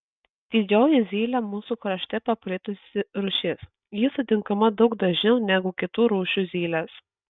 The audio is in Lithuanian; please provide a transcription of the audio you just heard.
didžioji zylė mūsų krašte paplitusi rūšis ji sutinkama daug dažniau negu kitų rūšių zylės